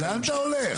ואטורי, לאן אתה הולך?